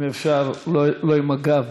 אם אפשר לא עם הגב.